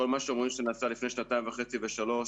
כל מה שאומרים שנעשה לפני שנתיים וחצי ושלוש,